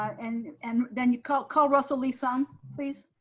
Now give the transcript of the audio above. and and then you call call russell lee-sung please.